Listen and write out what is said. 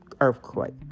earthquake